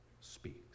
speaks